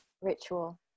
ritual